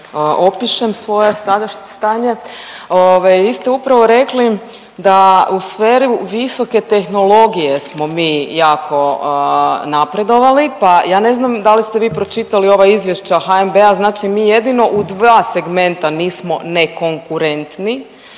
opišem svoje sadašnje stanje. Vi ste upravo rekli da u sferi visoke tehnologije smo mi jako napredovali, pa ja ne znam da li ste vi pročitali ova izvješća HNB-a, znači mi jedino u dva segmenta nismo nekonkurentni